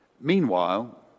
Meanwhile